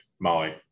Molly